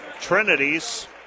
Trinity's